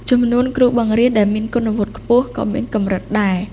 ចំនួនគ្រូបង្រៀនដែលមានគុណវុឌ្ឍិខ្ពស់ក៏មានកម្រិតដែរ។